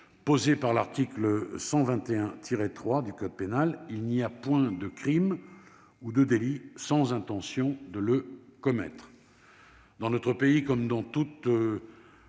posé par l'article 121-3 du même code :« Il n'y a point de crime ou de délit sans intention de le commettre. » Dans notre pays, comme dans toutes